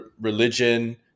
religion